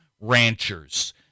ranchers